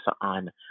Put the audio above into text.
on